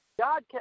God